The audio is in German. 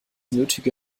nötige